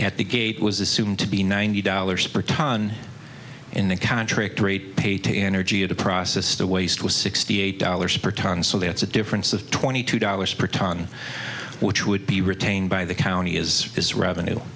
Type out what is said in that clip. at the gate was assumed to be ninety dollars per ton in the contract rate paid to energy to process the waste was sixty eight dollars per ton so that's a difference of twenty two dollars per ton which would be retained by the county is its revenue